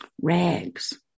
Rags